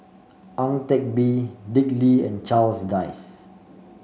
Ang Teck Bee Dick Lee and Charles Dyce